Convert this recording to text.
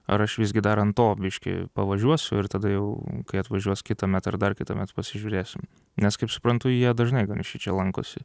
ar aš visgi dar ant to biškį pavažiuosiu ir tada jau kai atvažiuos kitąmet ar dar kitąmet pasižiūrėsim nes kaip suprantu jie dažnai gan šičia lankosi